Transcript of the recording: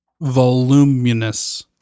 voluminous